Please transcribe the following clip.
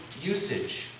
usage